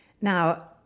Now